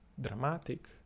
dramatic